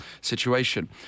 situation